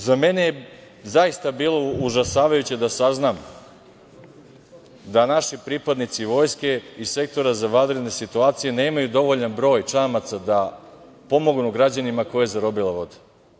Za mene je zaista bilo užasavajuće da saznam da naši pripadnici vojske iz Sektora za vanredne situacije nemaju dovoljan broj čamaca da pomognu građanima koje je zarobila voda.